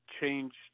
changed